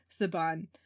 Saban